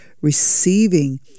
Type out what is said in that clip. receiving